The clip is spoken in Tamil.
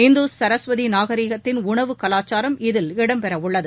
இந்துஸ் சரஸ்வதி நாகரீகத்தின் உணவு கலாச்சாரம் இதில் இடம்பெறவுள்ளது